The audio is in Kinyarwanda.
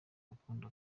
rukundo